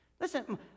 Listen